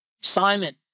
Simon